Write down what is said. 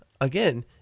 again